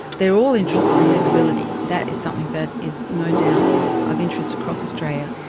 they are all interested in liveability, that is something that is no doubt of interest across australia.